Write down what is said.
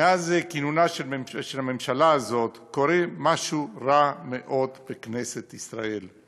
מאז כינונה של הממשלה הזאת קורה משהו רע מאוד בכנסת ישראל.